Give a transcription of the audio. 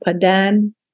Padan